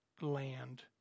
land